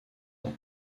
ans